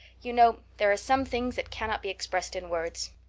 you know there are some things that cannot be expressed in words.